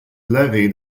levy